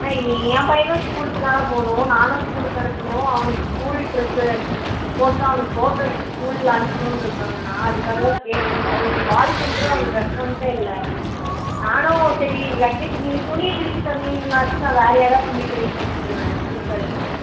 அண்ணா ஏ ஏன் பையனும் ஸ்கூலுக்குதாண்ணா போகாணும் நானும் ஸ்கூலுக்கு அனுப்பணும் அவனுக்கு ஸ்கூல் ட்ரெஸ்ஸு போட்டு அவனுக்கு ஃபோட்டோ எடுத்து ஸ்கூல்ல அனுப்பணும்ருக்காங்கண்ணா அதுக்காகதான் கேட்டிருக்கோம் கால் பண்ணுறேன் ஒரு ரெஸ்பான்ஸ்ஸே இல்லை நானும் சரி அட்லீஸ்ட் நீங்கள் துணியே திருப்பி தந்தீங்கனாச்சும் நான் வேற யாராவது துணி கடைக்கிட்ட கொடுத்துருவேன் துணி கடைக்கிட்ட